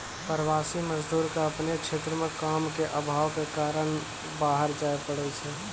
प्रवासी मजदूर क आपनो क्षेत्र म काम के आभाव कॅ कारन बाहर जाय पड़ै छै